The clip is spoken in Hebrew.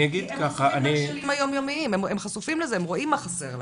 הם חשופים לזה, הם רואים מה חסר להם.